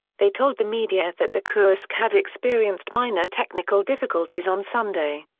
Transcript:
they told the media that the kursk had experienced minor technical difficulties on sunday.